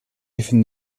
even